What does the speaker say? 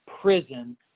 prison